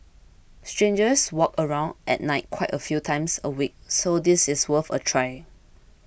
strangers walk around at night quite a few times a week so this is worth a try